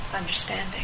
understanding